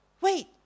Wait